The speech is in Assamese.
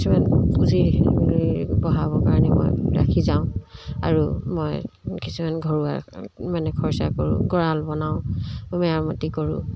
কিছুমান পুজি বঢ়াবৰ কাৰণে মই ৰাখি যাওঁ আৰু মই কিছুমান ঘৰুৱা মানে খৰচা কৰোঁ গঁৰাল বনাওঁ মেৰামতি কৰোঁ